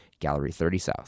Gallery30South